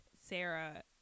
Sarah